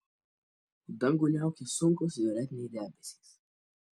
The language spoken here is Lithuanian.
dangų niaukė sunkūs violetiniai debesys